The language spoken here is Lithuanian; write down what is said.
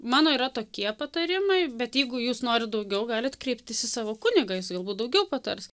mano yra tokie patarimai bet jeigu jūs norit daugiau galit kreiptis į savo kunigą jis galbūt daugiau patars